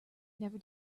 never